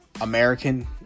American